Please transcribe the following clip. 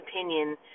opinion